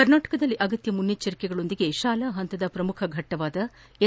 ಕರ್ನಾಟಕದಲ್ಲಿ ಅಗತ್ಯ ಮುನ್ನೆಚ್ಚರಿಕೆಗಳೊಂದಿಗೆ ಶಾಲಾ ಪಂತದ ಪ್ರಮುಖ ಘಟ್ಟವಾದ ಎಸ್